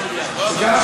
כל שנה,